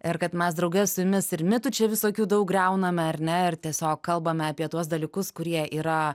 ir kad mes drauge su jumis ir mitų čia visokių daug griauname ar ne ir tiesiog kalbame apie tuos dalykus kurie yra